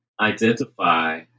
identify